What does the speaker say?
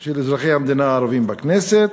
של אזרחי המדינה הערבים בכנסת,